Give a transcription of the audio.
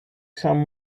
some